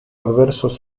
adversos